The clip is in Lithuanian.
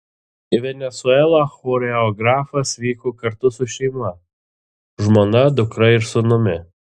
į venesuelą choreografas vyko kartu su šeima žmona dukra ir sūnumi